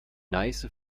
neiße